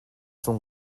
sont